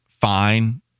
fine